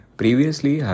previously